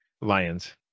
lions